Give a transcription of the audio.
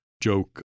joke